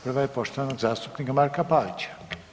Prva je poštovanog zastupnika Marka Pavića.